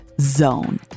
.zone